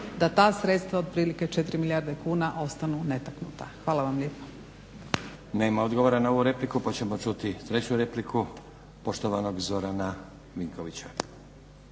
da ta sredstva otprilike 4 milijarde kuna ostanu netaknuta. Hvala vam lijepa.